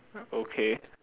okay